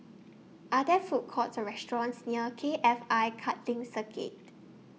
Are There Food Courts Or restaurants near K F I Karting Circuit